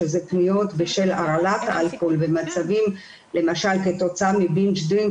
שזה פניות בשל הרעלת אלכוהול ומצבים למשל כתוצאה מ-binge drinking,